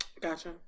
Gotcha